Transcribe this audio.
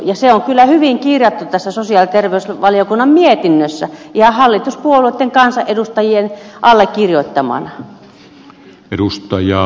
ja se on kyllä hyvin kirjattu tässä sosiaali ja terveysvaliokunnan mietinnössä ihan hallituspuolueitten kansanedustajien allekirjoittamana